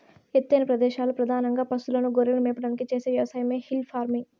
ఎత్తైన ప్రదేశాలలో పధానంగా పసులను, గొర్రెలను మేపడానికి చేసే వ్యవసాయమే హిల్ ఫార్మింగ్